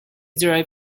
derived